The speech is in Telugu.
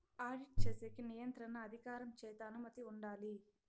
ఆడిట్ చేసేకి నియంత్రణ అధికారం చేత అనుమతి ఉండాలి